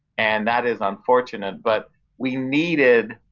and that is unfortunate, but we needed,